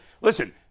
Listen